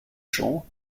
champs